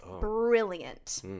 brilliant